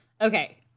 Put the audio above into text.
Okay